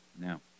Now